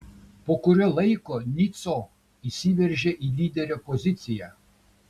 po kurio laiko nico įsiveržė į lyderio poziciją